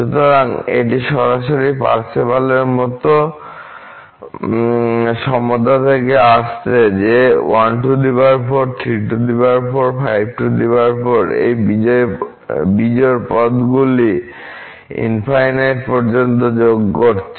সুতরাং এটি সরাসরি পার্সেভালের সমতা থেকে আসছে যে 14 34 54 এই বিজোড় পদগুলি পর্যন্ত যোগ করছে